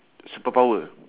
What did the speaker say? superpower